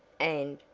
and,